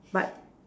but